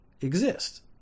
exist